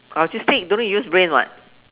logistic don't need to use brain [what]